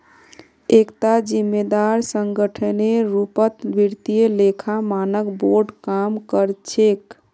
एकता जिम्मेदार संगठनेर रूपत वित्तीय लेखा मानक बोर्ड काम कर छेक